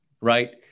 right